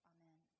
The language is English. Amen